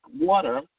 water